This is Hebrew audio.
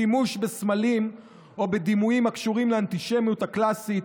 שימוש בסמלים או בדימויים הקשורים לאנטישמיות הקלאסית,